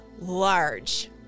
large